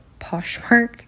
Poshmark